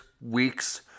week's